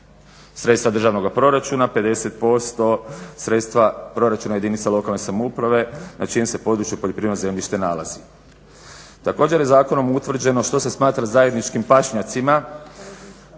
sredstva državnoga proračuna, 50% sredstva proračuna jedinica lokalne samouprave na čijem se području poljoprivredno zemljište nalazi. Također je zakonom utvrđeno što se smatra zajedničkim pašnjacima